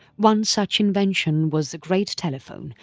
one such invention was the great telephone,